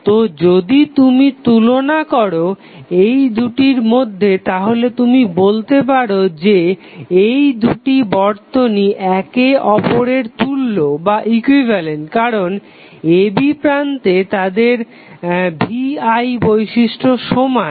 তো যদি তুমি তুলনা করো এই দুটির মধ্যে তাহলে তুমি বলতে পারো যে এই দুটি বর্তনী একে অপরের তুল্য কারণ a b প্রান্তে তাদের V I বৈশিষ্ট্য সমান